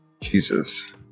Jesus